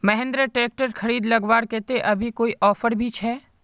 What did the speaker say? Mahindra tractor खरीद लगवार केते अभी कोई ऑफर भी छे?